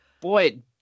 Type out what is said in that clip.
Boy